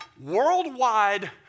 Worldwide